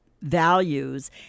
values